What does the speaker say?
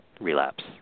relapse